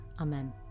Amen